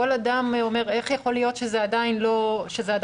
אדם אומר: איך יכול להיות שזה עדיין לא קיים,